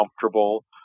comfortable